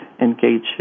engage